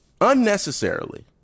unnecessarily